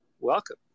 Welcome